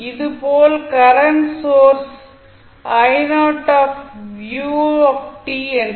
இதே போல் current source என்று சொல்லலாம்